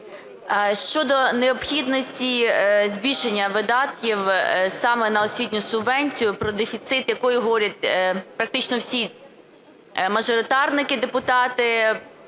щодо необхідності збільшення видатків саме на освітню субвенцію, про дефіцит якої говорять практично всі мажоритарники депутати,